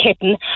kitten